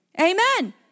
Amen